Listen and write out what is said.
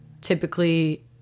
typically